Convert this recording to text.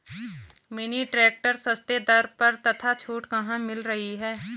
Mini tractor सस्ते दर पर तथा छूट कहाँ मिल रही है?